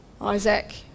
Isaac